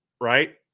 right